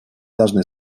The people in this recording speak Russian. должны